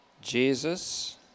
Jesus